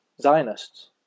Zionists